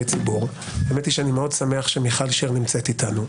הציבור האמת היא שאני מאוד שמח שמיכל שיר נמצאת איתנו.